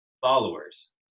followers